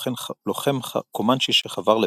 לוחם קומאנצ'י שחבר לבוג.